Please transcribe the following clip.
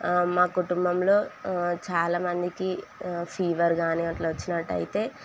మా కుటుంబంలో చాలా మందికి ఫీవర్ కానీ అలా వచ్చినట్టయితే